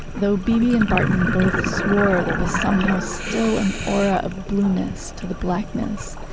though beebe and barton both swore, there was somehow still an aura of blueness to the blackness.